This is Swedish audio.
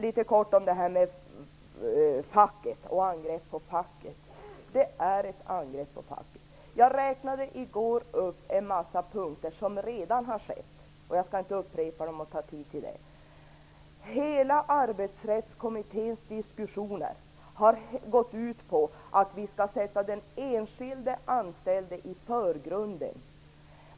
Litet kort vill jag beröra angreppet på facket. Jag räknade i går upp en mängd punkter som redan har genomförts. Jag skall inte ta upp tid med att upprepa dem. Hela Arbetsrättskommitténs diskussion har gått ut på att vi skall sätta den enskilde anställde i förgrunden.